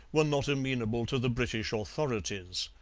were not amenable to the british authorities.